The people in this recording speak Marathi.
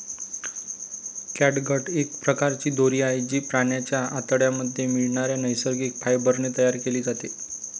कॅटगट एक प्रकारची दोरी आहे, जी प्राण्यांच्या आतड्यांमध्ये मिळणाऱ्या नैसर्गिक फायबर ने तयार केली जाते